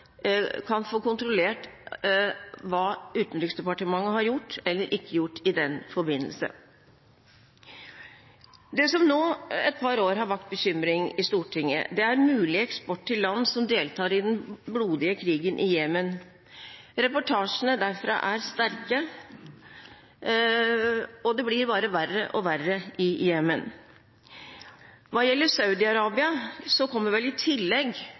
kan få kontrollert hva Utenriksdepartementet har gjort eller ikke gjort i den forbindelse. Det som nå et par år har vakt bekymring i Stortinget, er mulig eksport til land som deltar i den blodige krigen i Jemen. Reportasjene derfra er sterke, og det blir bare verre og verre i Jemen. Hva gjelder Saudi-Arabia, kommer i tillegg